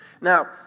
Now